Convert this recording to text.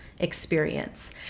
experience